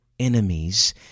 enemies